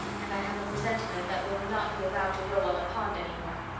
and i have a presentiment that we'll not be allowed to row on the pond any more.